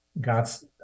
God's